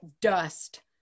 dust